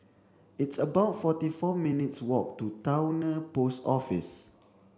it's about forty four minutes walk to Towner Post Office